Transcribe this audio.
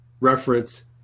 reference